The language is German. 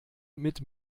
mit